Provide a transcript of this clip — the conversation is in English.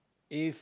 if